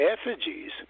effigies